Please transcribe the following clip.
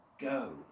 Go